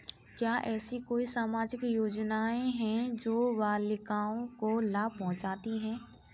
क्या ऐसी कोई सामाजिक योजनाएँ हैं जो बालिकाओं को लाभ पहुँचाती हैं?